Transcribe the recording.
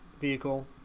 vehicle